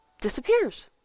disappears